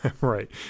Right